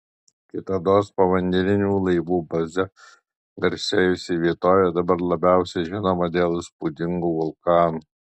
kitados povandeninių laivų baze garsėjusi vietovė dabar labiausiai žinoma dėl įspūdingų vulkanų